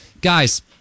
guys